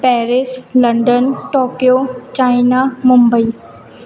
Paris London Tokyo China Mumbai